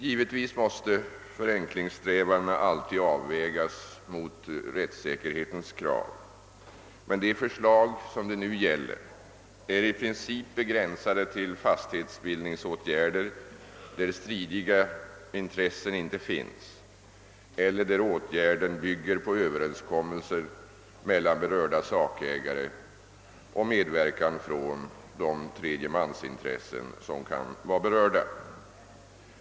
Förenklingssträvandena måste naturligtvis alltid avvägas mot rättssäkerhetskraven, men de förslag det här gäller är i princip begränsade till sådana = fastighetsbildningsåtgärder där det inte finns några stridiga intressen eller där åtgärderna bygger på överenskommelser mellan berörda sakägare och medverkan från de tredjemansintressen som kan vara berörda.